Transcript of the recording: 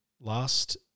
last